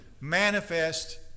manifest